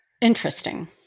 Interesting